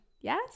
Yes